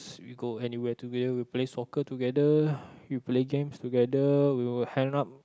we go anywhere together we play soccer together we play games together we will hang out